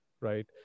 right